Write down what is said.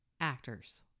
actors